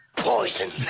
poison